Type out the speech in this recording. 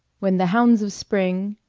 when the hounds of spring.